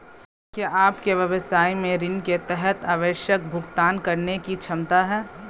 क्या आपके व्यवसाय में ऋण के तहत आवश्यक भुगतान करने की क्षमता है?